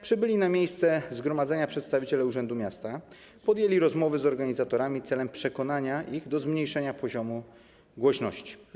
Przybyli na miejsce zgromadzenia przedstawiciele urzędu miasta podjęli rozmowy z organizatorami celem przekonania ich do zmniejszenia poziomu głośności.